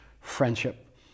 friendship